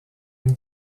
une